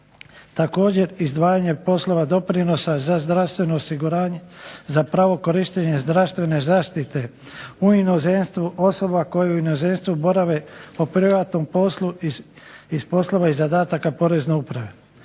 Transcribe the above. Također izdvajanje poslova doprinosa za zdravstveno osiguranje za pravo korištenja zdravstvene zaštite u inozemstvu osoba koje u inozemstvu borave po privatnom poslu i s poslova i zadataka porezne uprave.